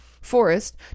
Forest